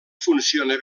funciona